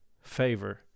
favor